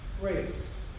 Grace